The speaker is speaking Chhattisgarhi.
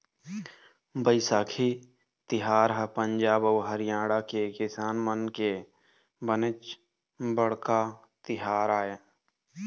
बइसाखी तिहार ह पंजाब अउ हरियाणा के किसान मन के बनेच बड़का तिहार आय